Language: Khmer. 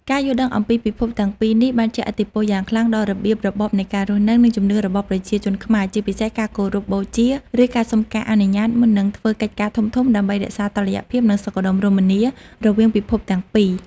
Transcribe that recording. ការយល់ដឹងអំពីពិភពទាំងពីរនេះបានជះឥទ្ធិពលយ៉ាងខ្លាំងដល់របៀបរបបនៃការរស់នៅ និងជំនឿរបស់ប្រជាជនខ្មែរ ជាពិសេសការគោរពបូជា ឬការសុំអនុញ្ញាតមុននឹងធ្វើកិច្ចការធំៗ ដើម្បីរក្សាតុល្យភាព និងសុខដុមរមនារវាងពិភពទាំងពីរ។